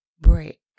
break